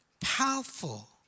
powerful